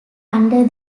under